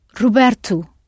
Roberto